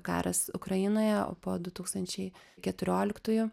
karas ukrainoje o po du tūkstančiai keturioliktųjų